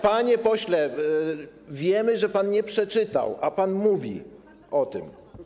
Panie pośle, wiemy, że pan nie przeczytał tego, a pan mówi o tym.